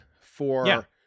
for-